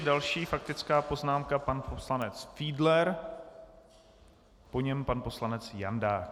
Další faktická poznámka pan poslanec Fiedler, po něm pan poslanec Jandák.